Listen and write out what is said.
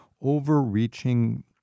overreaching